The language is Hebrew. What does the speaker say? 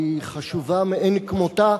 היא חשובה מאין כמותה,